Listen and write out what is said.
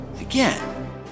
again